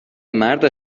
مرد